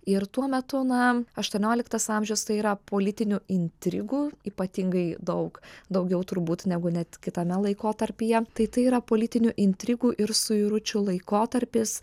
ir tuo metu na aštuonioliktas amžius tai yra politinių intrigų ypatingai daug daugiau turbūt negu net kitame laikotarpyje tai tai yra politinių intrigų ir suiručių laikotarpis